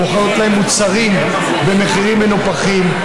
או מוכרות להם מוצרים במחירים מנופחים,